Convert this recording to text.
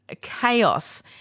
chaos